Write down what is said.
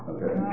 Okay